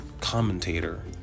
commentator